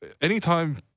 anytime